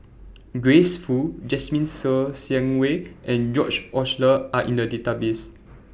Grace Fu Jasmine Ser Xiang Wei and George Oehlers Are in The Database